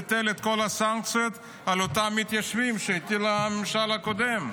ביטל את כל הסנקציות על אותם המתיישבים שהטיל הממשל הקודם.